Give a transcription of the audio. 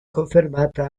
confermata